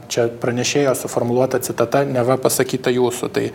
čia pranešėjo suformuluota citata neva pasakyta jūsų tai